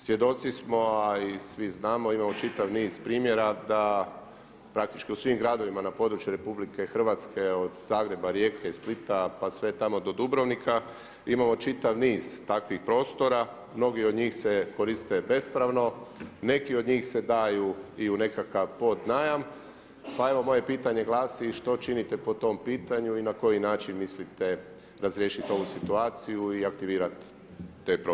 Svjedoci smo a i svi znamo, imamo čitav niz primjera da praktički u svim gradovima na području RH od Zagreba, Rijeke, Splita pa sve tamo do Dubrovnika imamo čitav niz takvih prostora, mnogi od njih se koriste bespravno, neki od njih se daju i u nekakav pod najam pa evo moje pitanje glasi, što činite po tom pitanju i na koji način mislite razriješiti ovu situaciji i aktivirati te prostore?